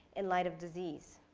in light of disease.